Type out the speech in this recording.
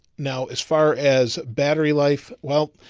now, as far as battery life, well,